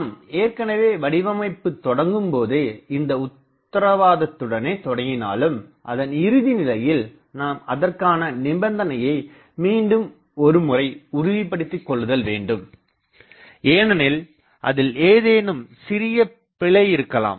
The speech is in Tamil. நாம் ஏற்கனவே வடிவமைப்பு தொடங்குபோதே இந்த உத்ரவாதத்துடனே தொடங்கினாலும் அதன் இறுதி நிலையிலும் நாம் அதற்கான நிபந்தனையை மீண்டும் ஒருமுறை உறுதிபடித்திக்கொள்ளுதல் வேண்டும் ஏனெனில் அதில் ஏதேனும் சிறியபிழை இருக்கலாம்